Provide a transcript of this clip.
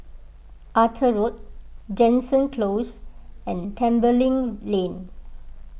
Arthur Road Jansen Close and Tembeling Lane